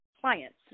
clients